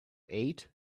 eight